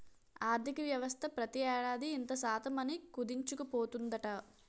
ఆర్థికవ్యవస్థ ప్రతి ఏడాది ఇంత శాతం అని కుదించుకుపోతూ ఉందట